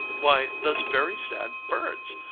why, those very sad birds.